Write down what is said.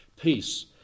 Peace